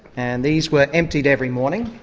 and these were emptied every morning,